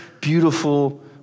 beautiful